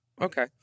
okay